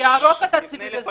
כן, יוליה, בבקשה.